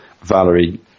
Valerie